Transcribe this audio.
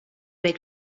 big